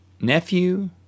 nephew